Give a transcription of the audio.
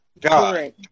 God